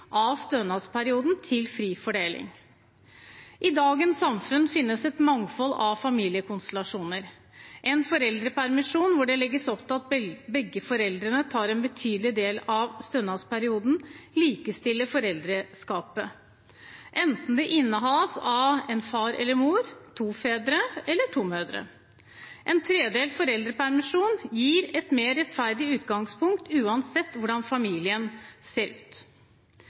av stønadsperioden til fri fordeling. I dagens samfunn finnes et mangfold av familiekonstellasjoner. En foreldrepermisjon hvor det legges opp til at begge foreldrene tar en betydelig del av stønadsperioden, likestiller foreldreskapet – enten det innehas av far eller mor, to fedre eller to mødre. En tredelt foreldrepermisjon gir et mer rettferdig utgangspunkt, uansett hvordan familien ser ut.